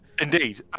indeed